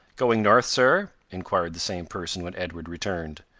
going north, sir? inquired the same person when edward returned.